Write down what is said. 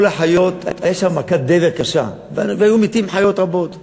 הייתה שם מכת דבר קשה וחיות רבות מתו.